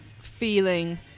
feeling